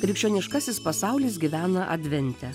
krikščioniškasis pasaulis gyvena advente